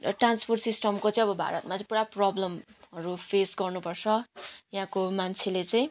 र ट्रान्सपोर्ट सिस्टमको चाहिँ अब भारतमा चाहिँ पुरा प्रब्लमहरू फेस गर्नु पर्छ यहाँको मान्छेले चाहिँ